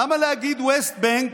למה להגיד West Bank?